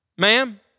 Ma'am